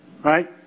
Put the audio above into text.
right